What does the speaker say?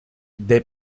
dei